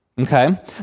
Okay